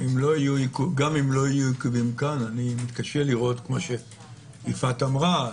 גם אם לא יהיו עיכובים כאן כפי שיפעת אמרה,